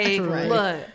look